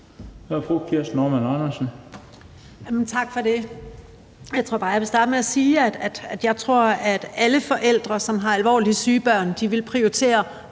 Tak for det. Jeg vil bare starte med at sige, at jeg tror, at alle forældre, som har alvorligt syge børn, vil prioritere